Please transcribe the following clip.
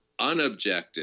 unobjective